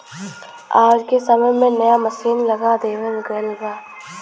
आज के समय में नया मसीन लगा देवल गयल बा